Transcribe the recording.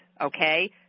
Okay